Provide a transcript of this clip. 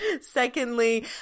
secondly